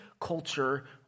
culture